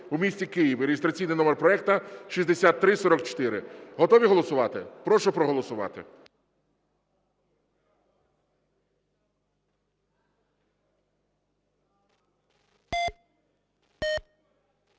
в місті Києві (реєстраційний номер проекту 6344). Готові голосувати? Прошу проголосувати.